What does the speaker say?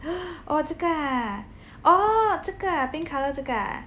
!huh! 哦这个 ha 哦这个啊 pink colour 这个